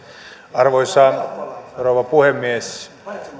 arvoisa rouva puhemies